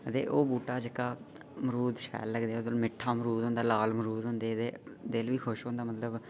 ते ओह् बूह्टा जेह्का मरूद शैल लग्गदे ओह्दे पर मिट्ठा मरूद हुंदा लाल मरूद होंदे ते दिल बी खुश होंदा मतलब